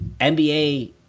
nba